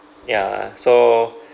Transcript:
ya so